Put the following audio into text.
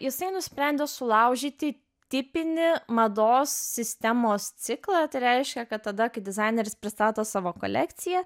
jisai nusprendė sulaužyti tipinį mados sistemos ciklą tai reiškia kad tada kai dizaineris pristato savo kolekciją